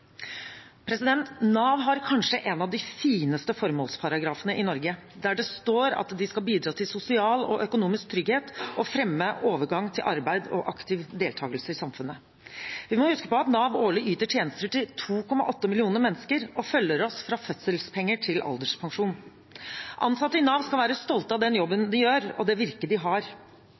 Nav har kanskje en av de fineste formålsparagrafene i Norge, der det står at de skal bidra til sosial og økonomisk trygghet og fremme overgang til arbeid og aktiv deltakelse i samfunnet. Vi må huske på at Nav årlig yter tjenester til 2,8 millioner mennesker og følger oss fra fødselspenger til alderspensjon. Ansatte i Nav skal være stolte av den jobben de gjør, og det virket de har.